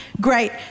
great